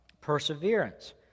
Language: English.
perseverance